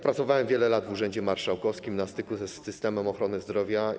Pracowałem wiele lat w urzędzie marszałkowskim, na styku z systemem ochrony zdrowia.